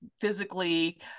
physically